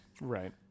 Right